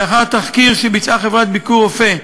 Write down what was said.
לאחר תחקיר שביצעה חברת "ביקורופא"